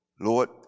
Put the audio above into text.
Lord